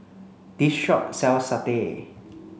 this shop sells satay